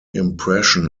impression